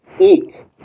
eat